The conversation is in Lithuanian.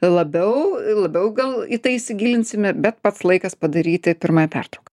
labiau labiau gal į tai įsigilinsime bet pats laikas padaryti pirmąją pertrauką